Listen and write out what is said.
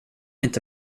inte